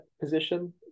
position